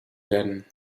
werden